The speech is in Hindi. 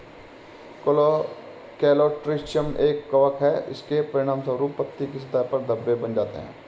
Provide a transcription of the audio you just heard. कोलेटोट्रिचम एक कवक है, इसके परिणामस्वरूप पत्ती की सतह पर धब्बे बन जाते हैं